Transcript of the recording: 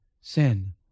sin